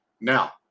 Now